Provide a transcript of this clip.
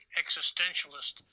existentialist